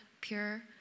pure